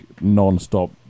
non-stop